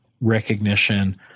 recognition